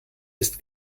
ist